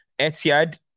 Etihad